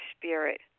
Spirit